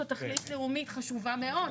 זו תכלית לאומית חשובה מאוד.